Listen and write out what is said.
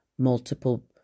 Multiple